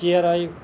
chair آیہِ